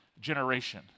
generation